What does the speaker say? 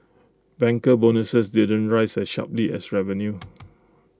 banker bonuses didn't rise as sharply as revenue